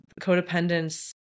codependence